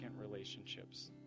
relationships